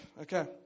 Okay